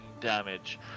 damage